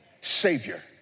savior